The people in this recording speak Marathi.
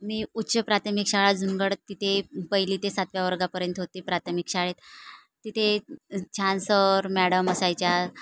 मी उच्च प्राथमिक शाळा झुनगडत तिथे पहिली ते सातव्या वर्गापर्यंत होते प्राथमिक शाळेत तिथे छान सर मॅडम असायच्या